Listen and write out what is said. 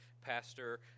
pastor